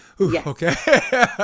Okay